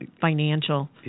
financial